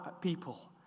people